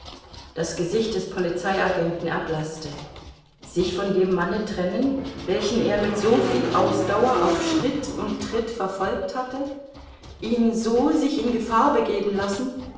das gesicht des polizei agenten erblaßte sich von dem manne trennen welchen er mit soviel ausdauer auf schritt und tritt verfolgt hatte ihn so sich in gefahr begeben lassen